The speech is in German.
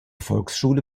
volksschule